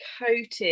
coated